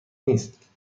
نیست